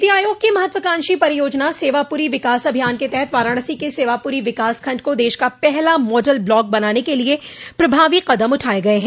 नीति आयोग की महत्वाकांक्षी परियोजना सेवापुरी विकास अभियान के तहत वाराणसी के सेवापुरी विकासखंड को देश का पहला माडल ब्लाक बनाने के लिये प्रभावी कदम उठाये गये हैं